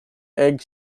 egg